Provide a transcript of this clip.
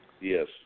Yes